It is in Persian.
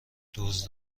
دزد